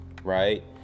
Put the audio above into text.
Right